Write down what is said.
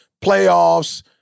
playoffs